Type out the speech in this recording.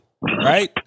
right